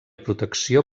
protecció